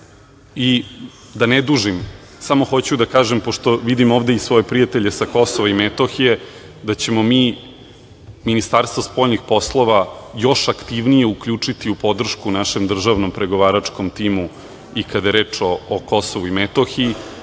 ne dužim, samo hoću da kažem pošto vidim ovde svoje prijatelje sa Kosova i Metohije, da ćemo mi Ministarstvo spoljnih poslova još aktivnije uključiti u podršku našem državnom pregovaračkom timu i kada je reč o Kosovu i Metohiji,